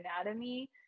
anatomy